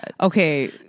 Okay